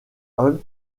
hall